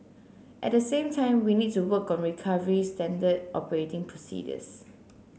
at the same time we need to work on recovery standard operating procedures